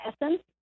essence